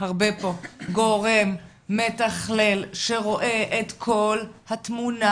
הרבה פה וזה גורם מתחלל שרואה את כל התמונה